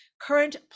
current